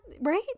Right